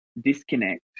disconnect